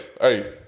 Hey